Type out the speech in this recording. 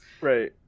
right